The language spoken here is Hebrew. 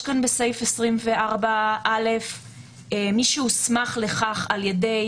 יש כאן בסעיף 24א מי "שהוסמך לכך על ידי"